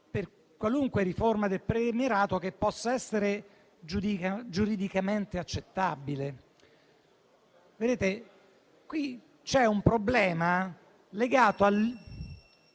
per qualunque riforma del premierato che possa essere giuridicamente accettabile. Qui c'è un problema legato